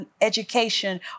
education